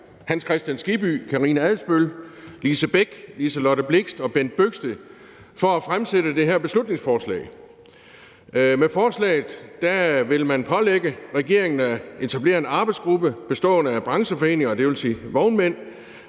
Hans Kristian Skibby, Karina Adsbøl, Lise Bech, Liselott Blixt og Bent Bøgsted for at fremsætte det her beslutningsforslag. Med forslaget vil man pålægge regeringen at etablere en arbejdsgruppe bestående af brancheforeninger, dvs. vognmænd,